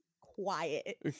quiet